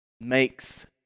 makes